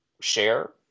share